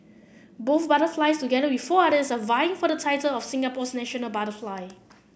both butterflies together with four others are vying for the title of Singapore's national butterfly